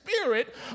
spirit